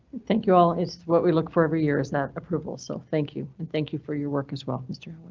thank you all. is what we look for every year is that approval so thank you and thank you for your work as well mr